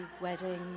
wedding